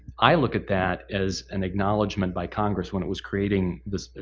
i look at that as an acknowledgement by congress when it was creating this.